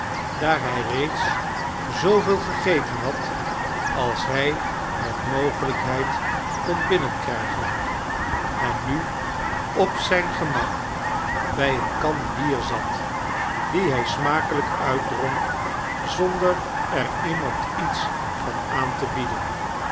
daar hij reeds zooveel gegeten had als hij met mogelijkheid kon binnen krijgen en nu op zijn gemak bij eene kan bier zat die hij smakelijk uitdronk zonder er iemand iets van aan te bieden